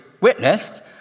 witnessed